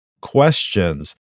questions